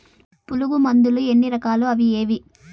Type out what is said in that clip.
పులుగు మందులు ఎన్ని రకాలు అవి ఏవి?